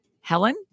Helen